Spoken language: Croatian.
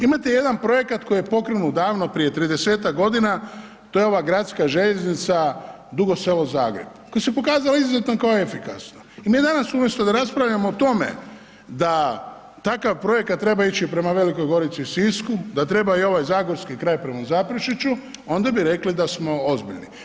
Imate jedan projekat koji je pokrenut davno prije 30-tak godina, to je ova gradska željeznica Dugo Selo-Zagreb, koja se pokazala izuzetno kao efikasna i danas umjesto da raspravljamo o tome da takav projekat treba ići prema Velikoj Gorici i Sisku, da treba i ovaj zagorski kraj prema Zaprešiću, onda bi rekli da smo ozbiljni.